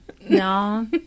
No